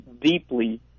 deeply